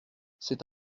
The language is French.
c’est